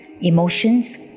Emotions